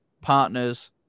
partners